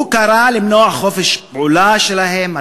הוא קרא למנוע את חופש הפעולה שלהם,